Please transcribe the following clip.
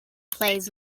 plays